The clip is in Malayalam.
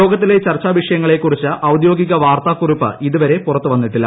യോഗത്തിലെ ചർച്ചാ വിഷയങ്ങളെക്കുറിച്ച് ഔദ്യോഗിക വാർത്താക്കുറിപ്പ് ഇതുവരെ പുറത്ത് വന്നിട്ടില്ല